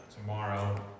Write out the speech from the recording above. tomorrow